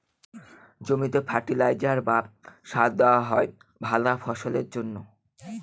জমিতে ফার্টিলাইজার বা সার দেওয়া হয় ভালা ফসলের জন্যে